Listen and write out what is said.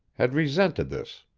had resented this.